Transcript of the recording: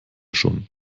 schon